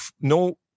no